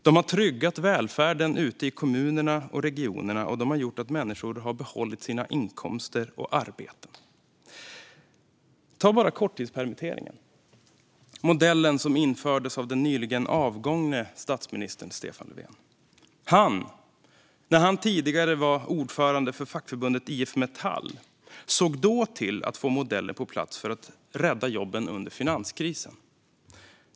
De har tryggat välfärden ute i kommunerna och regionerna, och de har gjort att människor har behållit sina inkomster och arbeten. Ta bara korttidspermitteringen. Denna modell infördes av den nyligen avgångne statsministern Stefan Löfven. När han tidigare var ordförande för fackförbundet IF Metall såg han till att få modellen på plats för att rädda jobben under finanskrisen.